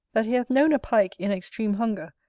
that he hath known a pike, in extreme hunger,